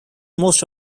most